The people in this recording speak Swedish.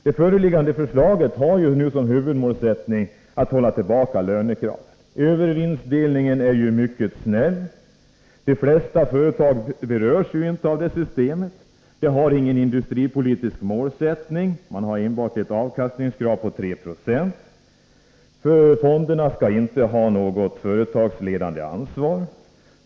Det föreliggande förslaget har som huvudmålsättning att hålla tillbaka lönekraven. Övervinstdelningen är mycket snäll — de flesta företag berörs inte av det systemet. Det finns ingen industripolitisk målsättning. Man har enbart ett avkastningskrav på 3 26. Fonderna skall inte ha något företagsledande ansvar.